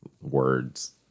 Words